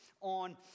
on